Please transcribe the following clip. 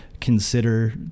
consider